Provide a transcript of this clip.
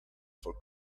for